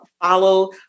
follow